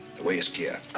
the way is clear.